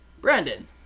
Brandon